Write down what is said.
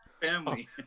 family